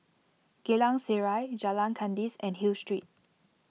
Geylang Serai Jalan Kandis and Hill Street